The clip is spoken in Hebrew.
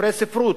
ספרי ספרות,